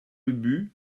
ubu